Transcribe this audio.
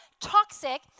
toxic